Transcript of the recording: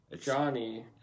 Johnny